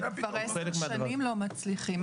חלק --- כבר עשר שנים לא מצליחים.